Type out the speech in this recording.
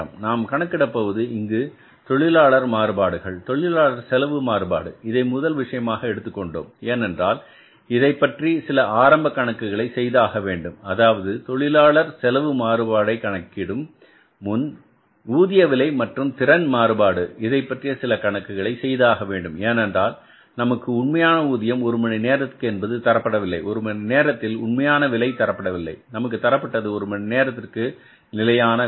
நாம் கணக்கிட போவது இங்கு தொழிலாளர் மாறுபாடுகள் தொழிலாளர் செலவு மாறுபாடு இதை முதல் விஷயமாக எடுத்துக் கொண்டோம் என்றால் இதைப்பற்றி சில ஆரம்ப கணக்குகளை செய்தாக வேண்டும் அதாவது தொழிலாளர் செலவு மாறுபாட்டை கணக்கீடும் முன் ஊதிய விலை மற்றும் திறன் மாறுபாடு இதைப்பற்றிய சில கணக்குகள் செய்தாக வேண்டும் ஏனென்றால் நமக்கு உண்மையான ஊதியம் ஒரு மணி நேரத்திற்கு என்பது தரப்படவில்லை ஒரு மணி நேரத்தில் உண்மையான விலை தரப்படவில்லை நமக்கு தரப்பட்டது ஒரு மணி நேரத்திற்கு நிலையான விலை